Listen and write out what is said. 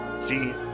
see